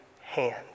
hand